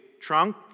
trunk